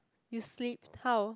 you slipped how